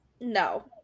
No